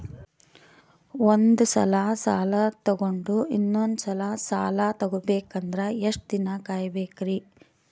ಒಂದ್ಸಲ ಸಾಲ ತಗೊಂಡು ಇನ್ನೊಂದ್ ಸಲ ಸಾಲ ತಗೊಬೇಕಂದ್ರೆ ಎಷ್ಟ್ ದಿನ ಕಾಯ್ಬೇಕ್ರಿ?